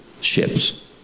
ships